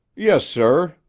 yes, sir.